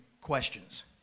questions